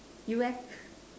you eh